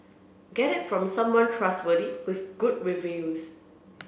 get it from someone trustworthy with good reviews